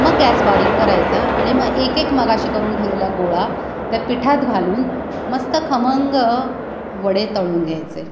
मग गॅस बारीक करायचा आणि मग एक एक मघाशी करून ठेवलेला गोळा त्या पिठात घालून मस्त खमंग वडे तळून घ्यायचे